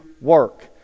work